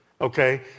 Okay